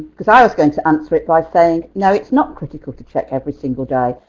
because i was going to answer it by saying no it's not critical to check every single day.